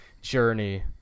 journey